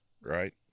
Right